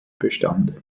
bestand